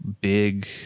big